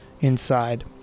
inside